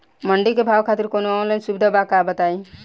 मंडी के भाव खातिर कवनो ऑनलाइन सुविधा बा का बताई?